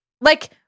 like-